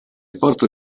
forze